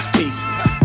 pieces